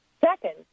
Second